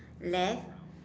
left